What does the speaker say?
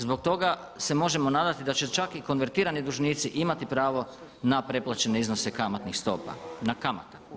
Zbog toga se možemo nadati da će čak i konvertirani dužnici imati pravo na preplaćene iznose kamatnih stopa, na kamata.